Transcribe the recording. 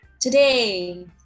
today